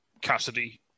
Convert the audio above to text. Cassidy